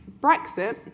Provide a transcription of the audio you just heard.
Brexit